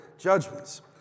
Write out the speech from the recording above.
judgments